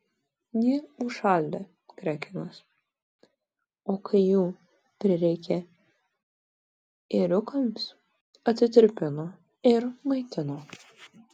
ji užšaldė krekenas o kai jų prireikė ėriukams atitirpino ir maitino